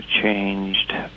changed